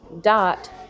dot